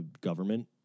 government